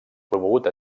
promogut